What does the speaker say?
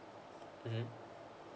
mmhmm